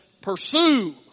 pursue